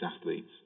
athletes